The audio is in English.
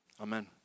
amen